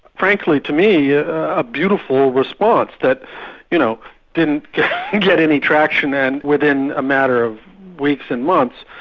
frankly, to me a beautiful response, that you know didn't get any traction and within a matter of weeks and months,